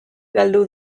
galdu